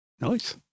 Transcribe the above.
Nice